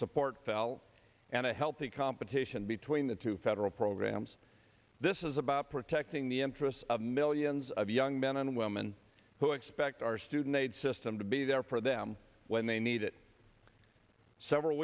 support fell and a healthy competition between the two federal programs this is about protecting the interests of millions of young men and women who expect our student aid system to be there for them when they need it several